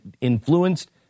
influenced